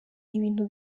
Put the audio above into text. ibintu